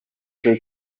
cyo